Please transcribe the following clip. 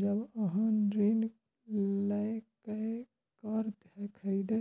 जब अहां ऋण लए कए कार खरीदै